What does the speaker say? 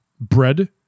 bread